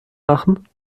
machen